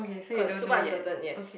cause super uncertain yes